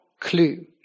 clue